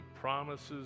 promises